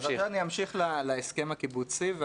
אני אמשיך להסכם הקיבוצי.